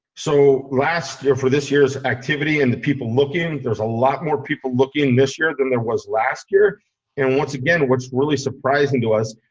so last year, for this year's activity and the people looking, there's a lot more people looking this year than there was last year and once again what's really surprising to us,